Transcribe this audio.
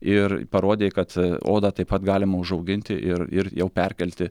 ir parodė kad odą taip pat galima užauginti ir ir jau perkelti